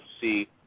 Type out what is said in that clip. see